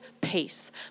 peace